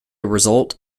result